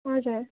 हजुर